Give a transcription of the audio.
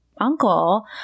uncle